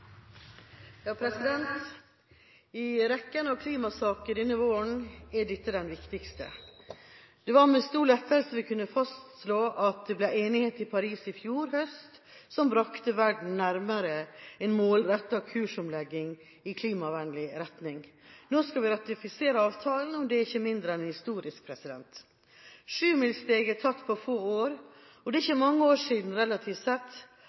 dette den viktigste. Det var med stor lettelse vi kunne fastslå at det ble en enighet i Paris i fjor høst som brakte verden nærmere en målrettet kursomlegging i klimavennlig retning. Nå skal vi ratifisere avtalen, og det er ikke mindre enn historisk. Sjumilssteg er tatt på få år, og det er ikke mange år siden, relativt sett,